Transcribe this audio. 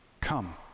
come